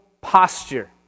posture